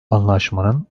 anlaşmanın